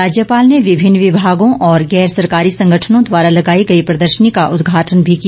राज्यपाल ने विभिन्न विभागों और गैर सरकारी संगठनों द्वारा लगाई गई प्रर्दशनी का उद्घाटन भी किया